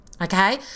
okay